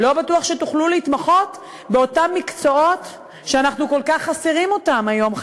לא בטוח שתוכלו להתמחות באותם מקצועות שאנחנו כל כך חסרים אותם היום.